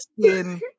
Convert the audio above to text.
skin